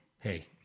Hey